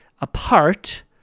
apart